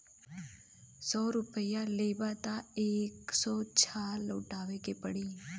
सौ रुपइया लेबा त एक सौ छह लउटाए के पड़ी